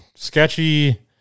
Sketchy